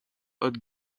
haute